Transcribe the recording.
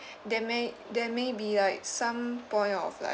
they may there may be like some point of like